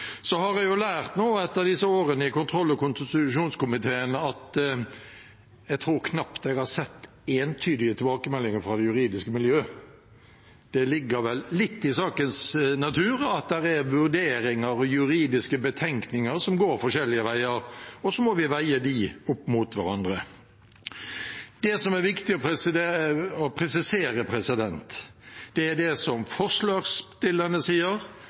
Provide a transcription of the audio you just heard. disse årene i kontroll- og konstitusjonskomiteen tror jeg knapt jeg har sett entydige tilbakemeldinger fra de juridiske miljøene. Men det ligger vel litt i sakens natur at det er vurderinger og juridiske betenkninger som går forskjellige veier, og så må vi veie dem opp mot hverandre. Det som er viktig å presisere, er det som forslagsstillerne sier, og som komiteen sier, at det ikke er noe nytt meningsinnhold i den endringen vi nå gjør. Det